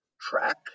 track